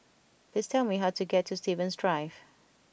please tell me how to get to Stevens Drive